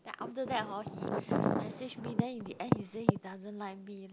then after that hor he messaged me then in the end he said he doesn't like me leh